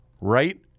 right